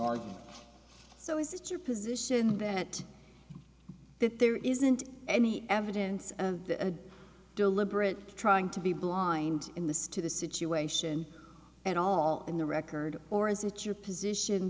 it your position that that there isn't any evidence of a deliberate trying to be blind in this to the situation at all in the record or is it your position